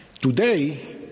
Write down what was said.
today